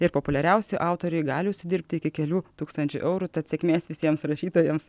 ir populiariausi autoriai gali užsidirbti iki kelių tūkstančių eurų tad sėkmės visiems rašytojams